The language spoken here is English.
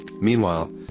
Meanwhile